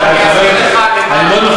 אין דבר